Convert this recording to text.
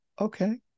okay